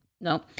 no